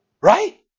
Right